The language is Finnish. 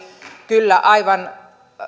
kyllä aivan